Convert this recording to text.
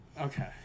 Okay